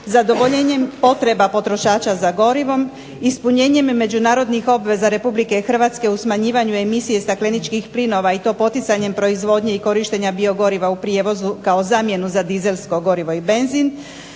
zadovoljenjem potreba potrošača za gorivom, ispunjenjem međunarodnih obveza Republike Hrvatske u smanjivanju emisije stakleničkih plinova i to poticanjem proizvodnje i korištenja biogoriva u prijevozu kao zamjenu za dizelsko gorivo i benzin,